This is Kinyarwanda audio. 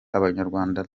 abanyarwanda